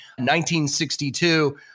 1962